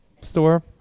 store